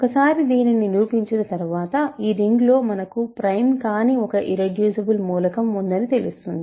ఒకసారి దీన్ని నిరూపించిన తర్వాత ఈ రింగ్లో మనకు ప్రైమ్ కాని ఒక ఇర్రెడ్యూసిబుల్ మూలకం ఉందని తెలుస్తుంది